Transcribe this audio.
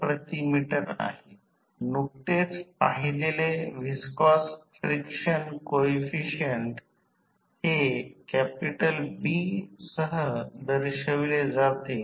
तर वाइंडिंग तो भाग दोन्हीकडे सामान्य आहे ट्रान्सफॉर्मर ऑटोट्रान्सफॉर्मर म्हणून ओळखले जाते